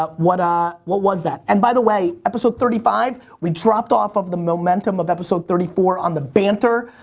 what ah what was that? and by the way, episode thirty five, we dropped off of the momentum of episode thirty four on the banter.